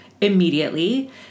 immediately